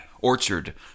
orchard